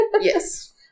Yes